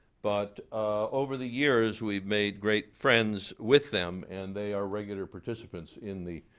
but over the years we've made great friends with them, and they are regular participants in the